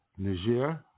Niger